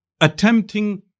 Attempting